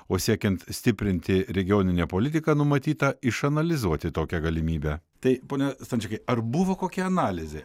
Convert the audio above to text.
o siekiant stiprinti regioninę politiką numatyta išanalizuoti tokią galimybę tai pone stančikai ar buvo kokia analizė